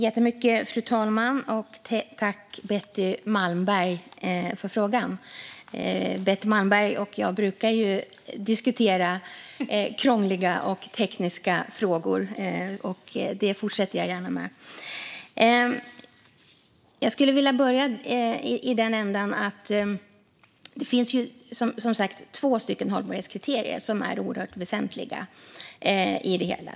Fru talman! Tack, Betty Malmberg, för frågan! Betty Malmberg och jag brukar diskutera krångliga och tekniska frågor, och det fortsätter jag gärna med. Jag skulle vilja börja i den här änden: Det finns som sagt två stycken hållbarhetskriterier som är oerhört väsentliga i det hela.